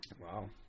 Wow